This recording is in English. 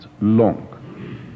long